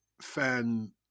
fan